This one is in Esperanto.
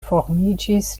formiĝis